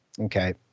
okay